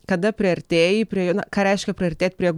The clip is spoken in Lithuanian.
kada priartėji prie jo na ką reiškia priartėt prie